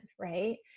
right